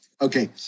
okay